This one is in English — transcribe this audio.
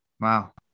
Wow